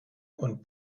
und